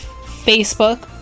Facebook